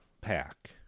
pack